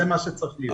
זה מה שצריך להיות.